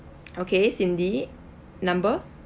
okay cindy number